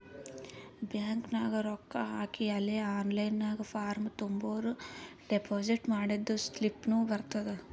bank ನಾಗ್ ರೊಕ್ಕಾ ಹಾಕಿ ಅಲೇ ಆನ್ಲೈನ್ ನಾಗ್ ಫಾರ್ಮ್ ತುಂಬುರ್ ಡೆಪೋಸಿಟ್ ಮಾಡಿದ್ದು ಸ್ಲಿಪ್ನೂ ಬರ್ತುದ್